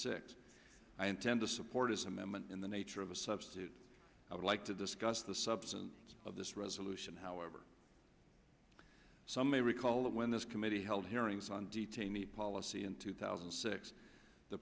six i intend to support his amendment in the nature of a substitute i would like to discuss the substance of this resolution however some may recall that when this committee held hearings on detainee policy in two thousand and six the